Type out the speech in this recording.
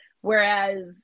Whereas